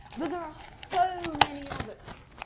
but there are so many others.